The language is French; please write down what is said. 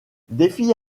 défi